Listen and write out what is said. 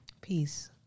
Peace